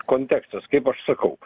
kontekstas kaip aš sakau